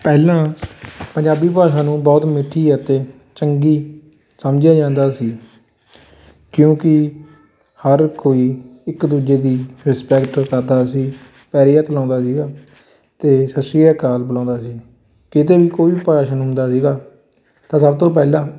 ਪਹਿਲਾਂ ਪੰਜਾਬੀ ਭਾਸ਼ਾ ਨੂੰ ਬਹੁਤ ਮਿੱਠੀ ਅਤੇ ਚੰਗੀ ਸਮਝਿਆ ਜਾਂਦਾ ਸੀ ਕਿਉਂਕਿ ਹਰ ਕੋਈ ਇੱਕ ਦੂਜੇ ਦੀ ਰਿਸਪੈਕਟ ਕਰਦਾ ਸੀ ਪੈਰੀਂ ਹੱਥ ਲਾਉਂਦਾ ਸੀਗਾ ਅਤੇ ਸਤਿ ਸ਼੍ਰੀ ਅਕਾਲ ਬੁਲਾਉਂਦਾ ਸੀ ਕਿਤੇ ਵੀ ਕੋਈ ਭਾਸ਼ਣ ਹੁੰਦਾ ਸੀਗਾ ਤਾਂ ਸਭ ਤੋਂ ਪਹਿਲਾਂ